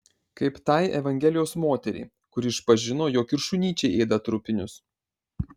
kaip tai evangelijos moteriai kuri išpažino jog ir šunyčiai ėda trupinius